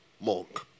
monk